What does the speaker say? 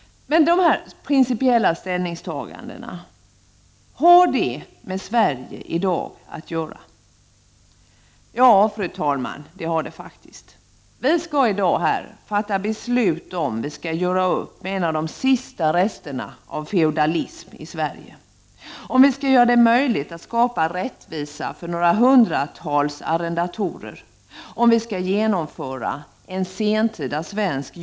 Men har då dessa principiella ställningstaganden med Sverige i dag att göra? Jo, fru talman, det har de faktiskt. Vi skall nämligen i dag fatta beslut om huruvida vi skall göra upp med en av de sista resterna av feodalismen i Sverige, huruvida vi skall göra det möjligt att skapa rättvisa för några hundratal arrendatorer och om vi skall genomföra en sentida jordreform.